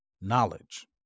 knowledge